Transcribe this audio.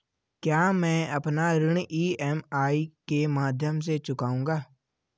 क्या मैं अपना ऋण ई.एम.आई के माध्यम से चुकाऊंगा?